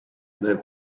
their